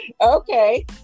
Okay